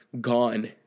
gone